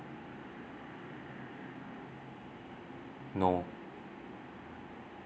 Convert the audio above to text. no